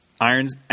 irons